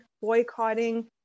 boycotting